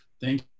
thank